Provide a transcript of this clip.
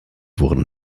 wurden